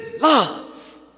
love